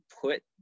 put